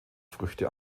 früchte